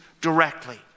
directly